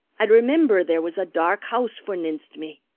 i rimimber there was a dark house forninst me.